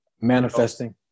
Manifesting